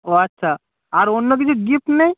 ও আচ্ছা আর অন্য কিছু গিফট নেই